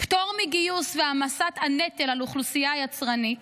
פטור מגיוס והעמסת הנטל על האוכלוסייה היצרנית,